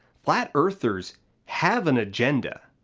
flat earthers have an agenda.